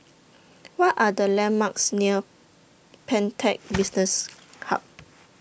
What Are The landmarks near Pantech Business Hub